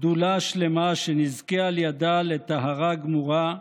גדולה שלמה, שנזכה על ידה לטהרה גמורה,